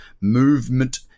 movement